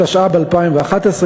התשע"ב 2011,